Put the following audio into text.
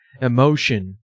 emotion